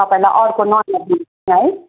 तपाईँलाई अर्को नयाँ दिन्छु नि है